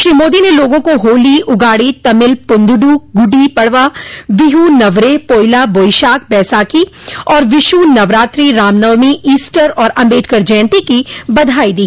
श्री मोदी ने लोगों को होली उगाड़ी तमिल पुथंडू गुडो पडवा बिहू नवरेह पोइला बोईशाख बैसाखी आर विश्र नवरात्रि रामनवमी ईस्टर और अंबेडकर जयंती की बधाई दी